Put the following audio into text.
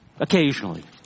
Occasionally